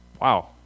Wow